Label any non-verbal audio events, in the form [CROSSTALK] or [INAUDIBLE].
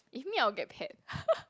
if me I will get pet [LAUGHS]